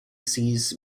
sees